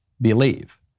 believe